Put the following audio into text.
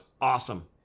awesome